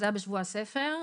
זה היה בשבוע הספר.